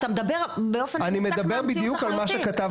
אתה מדבר באופן מנותק מהמציאות לחלוטין.